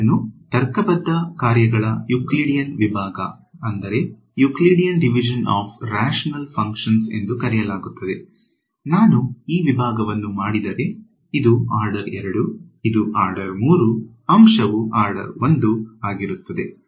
ಇದನ್ನು ತರ್ಕಬದ್ಧ ಕಾರ್ಯಗಳ ಯೂಕ್ಲಿಡಿಯನ್ ವಿಭಾಗ ಎಂದು ಕರೆಯಲಾಗುತ್ತದೆ ನಾನು ಈ ವಿಭಾಗವನ್ನು ಮಾಡಿದರೆ ಇದು ಆರ್ಡರ್ 2 ಇದು ಆರ್ಡರ್ 3 ಅಂಶವು ಆರ್ಡರ್ 1 ಆಗಿರುತ್ತದೆ